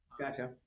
Gotcha